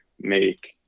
make